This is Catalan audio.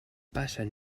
passen